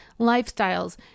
lifestyles